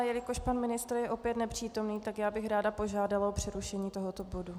Jelikož pan ministr je opět nepřítomen, tak bych ráda požádala o přerušení tohoto bodu.